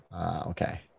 Okay